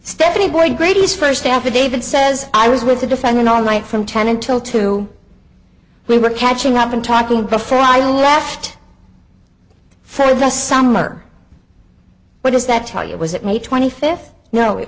stephanie boyd grady's first affidavit says i was with the defendant all night from ten until two we were catching up and talking before i left for the summer what does that tell you was it may twenty fifth no it